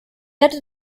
erde